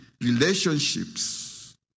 relationships